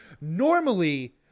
normally